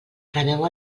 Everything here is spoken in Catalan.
rebeu